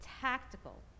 tactical